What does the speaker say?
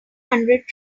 hundred